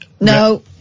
No